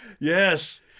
Yes